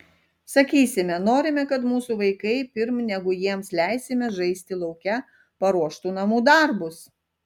sakysime norime kad mūsų vaikai pirm negu jiems leisime žaisti lauke paruoštų namų darbus